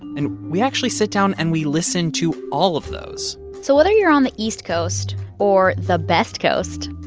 and we actually sit down, and we listen to all of those so whether you're on the east coast or the best coast